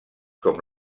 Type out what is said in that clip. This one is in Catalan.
com